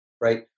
right